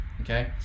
okay